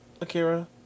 Akira